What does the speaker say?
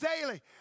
daily